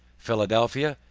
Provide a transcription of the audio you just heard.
philadelphia,